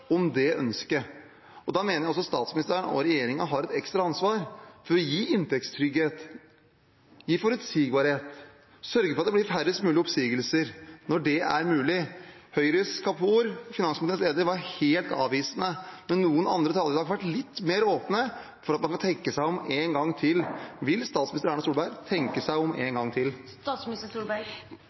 om det ønsket. Da mener jeg også at statsministeren og regjeringen har et ekstra ansvar for å gi inntektstrygghet, gi forutsigbarhet, sørge for at det blir færrest mulige oppsigelser, når det er mulig. Høyres Kapur, finanskomiteens leder, var helt avvisende, men noen andre talere i dag har vært litt mer åpne for at man kan tenke seg om en gang til. Vil statsminister Erna Solberg tenke seg om en gang